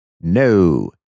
No